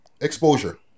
Exposure